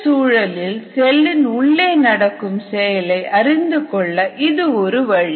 செல் சூழலில் செல்லின் உள்ளே நடக்கும் செயலை அறிந்து கொள்ள இது ஒரு வழி